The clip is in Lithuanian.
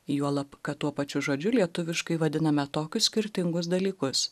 juolab kad tuo pačiu žodžiu lietuviškai vadiname tokius skirtingus dalykus